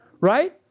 Right